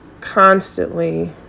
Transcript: constantly